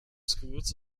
schools